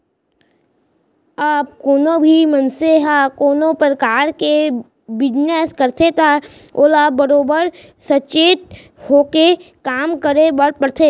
जब कोनों भी मनसे ह कोनों परकार के बिजनेस करथे त ओला बरोबर सचेत होके काम करे बर परथे